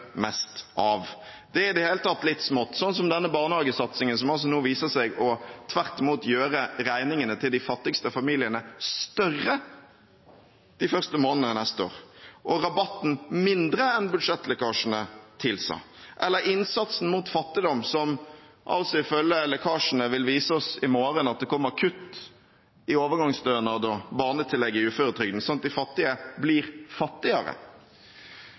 mest av. Det er i det hele tatt litt smått, sånn som denne barnehagesatsingen som altså nå viser seg tvert imot å gjøre regningene til de fattigste familiene større de første månedene neste år, og rabatten mindre enn budsjettlekkasjene tilsa, eller innsatsen mot fattigdom som – altså ifølge lekkasjene – vil vise oss i morgen at det kommer kutt i overgangsstønader, som barnetillegget i uføretrygden, sånn at de fattige blir fattigere.